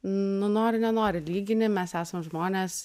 nu nori nenori lygini mes esam žmonės